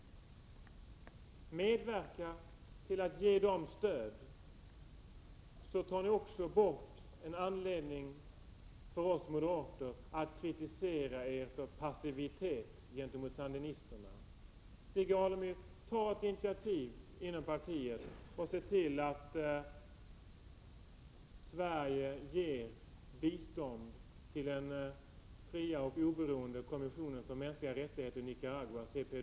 Medverka till att ge dem stöd så tar ni också bort en anledning för oss moderater att kritisera er för passivitet gentemot sandinisterna. Stig Alemyr, ta ett initiativ inom partiet och se till att Sverige ger bistånd till den fria och oberoende kommissionen för mänskliga rättigheter i Nicaragua — CPDH!